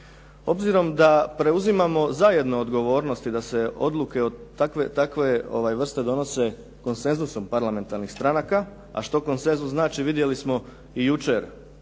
Obzirom da preuzimamo zajedno odgovornost i da se odluke takve vrste donose konsenzusom parlamentarnih stranaka, a što konsenzus znači vidjeli smo i jučer